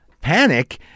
panic